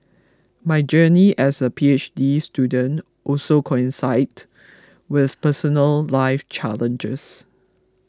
my journey as a P H D student also coincided with personal life challenges